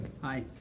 Hi